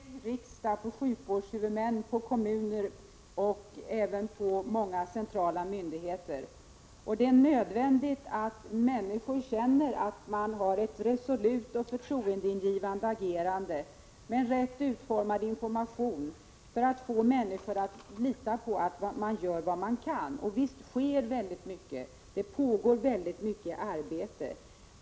Herr talman! Som jag sade i går vilar ett mycket stort ansvar på regering, riksdag, sjukvårdshuvudmän, kommuner och även på många centrala myndigheter. Det är nödvändigt att människor känner att dessa instanser agerar resolut och förtroendeingivande. Informationen måste vara så utformad att människor skall kunna lita på att man där gör vad man kan. Visst pågår det också ett omfattande arbete.